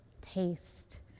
taste